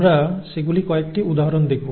আমরা সেগুলির কয়েকটি উদাহরণ দেখব